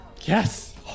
Yes